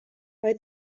vai